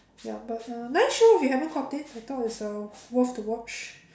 ya but uh nice show if you haven't caught it I thought it's uh worth to watch